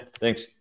thanks